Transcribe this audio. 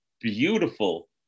beautiful